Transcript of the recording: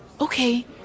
Okay